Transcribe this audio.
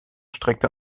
streckte